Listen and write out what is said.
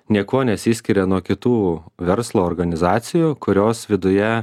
niekuo nesiskiria nuo kitų verslo organizacijų kurios viduje